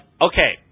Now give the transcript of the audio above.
Okay